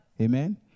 Amen